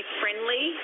friendly